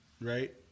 right